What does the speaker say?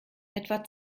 etwa